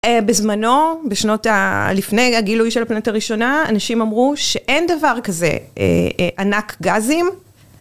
בזמנו, בשנות הלפני הגילוי של הפנת הראשונה, אנשים אמרו שאין דבר כזה ענק גזים.